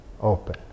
open